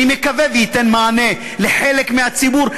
אני מקווה שייתן מענה לחלק מהציבור.